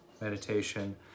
meditation